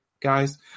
guys